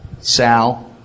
Sal